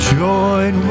join